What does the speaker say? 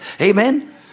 Amen